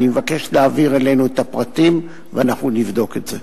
אני מבקש להעביר אלינו את הפרטים ואנחנו נבדוק את זה.